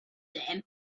them